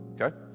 Okay